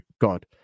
God